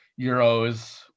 euros